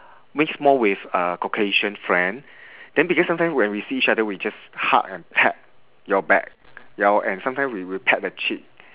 mix more with uh caucasian friend then because sometime when we see each other we just hug and pat your back ya and sometime we will peck the cheek